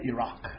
Iraq